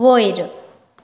वयर